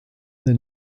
then